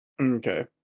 Okay